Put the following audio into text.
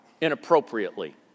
inappropriately